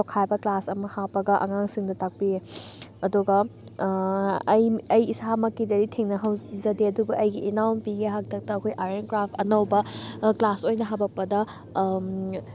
ꯇꯣꯈꯥꯏꯕ class ꯑꯃ ꯍꯥꯞꯄꯒ ꯑꯉꯥꯡꯁꯤꯡꯗ ꯇꯥꯛꯄꯤꯌꯦ ꯑꯗꯨꯒ ꯑꯩ ꯑꯩ ꯏꯁꯥꯃꯛꯀꯤꯗꯗꯤ ꯊꯦꯡꯅꯍꯧꯖꯗꯦ ꯑꯗꯨꯕꯨ ꯑꯩꯒꯤ ꯏꯅꯥꯎꯄꯤꯒꯤ ꯍꯥꯛꯇꯛꯇ ꯑꯩꯈꯣꯏ ꯑꯥꯔꯠ ꯑꯦꯟ ꯀ꯭ꯔꯥꯐ ꯑꯅꯧꯕ ꯀ꯭ꯂꯥꯁ ꯑꯣꯏꯅ ꯍꯥꯞꯄꯛꯄꯗ